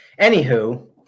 Anywho